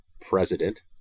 President